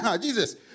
Jesus